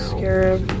Scarab